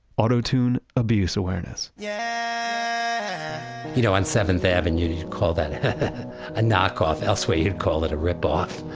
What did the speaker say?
auto-tune abuse awareness yeah you know on seventh avenue, you'd call that a knock-off. elsewhere you'd call it a rip-off